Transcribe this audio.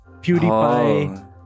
PewDiePie